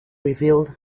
revealed